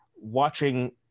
watching